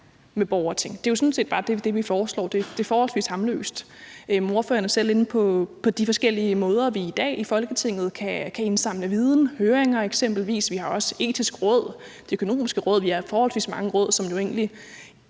med borgerting. Det er jo sådan set bare det, vi foreslår. Det er forholdsvis harmløst. Ordføreren er selv inde på de forskellige måder, vi i dag i Folketinget kan indsamle viden på, eksempelvis ved høringer. Vi har også Det Etiske Råd og Det Økonomiske Råd. Vi har forholdsvis mange råd, som jo egentlig